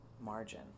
margin